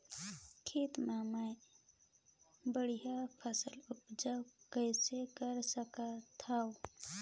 खेती म मै बढ़िया फसल उपजाऊ कइसे कर सकत थव?